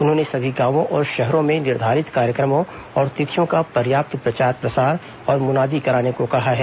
उन्होंने सभी गांवो और शहरों में निर्धारित कार्यक्रमों और तिथियों का पर्याप्त प्रचार प्रसार और मुनादी कराने को कहा है